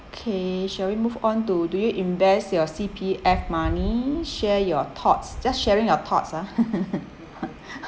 okay shall we move on to do you invest your C_P_F money share your thoughts just sharing our thoughts ah